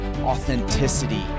authenticity